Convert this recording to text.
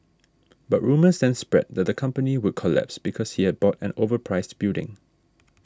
but rumours then spread that the company would collapse because he had bought an overpriced building